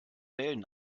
wellen